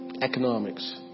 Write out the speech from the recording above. economics